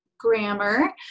grammar